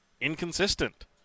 inconsistent